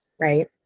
right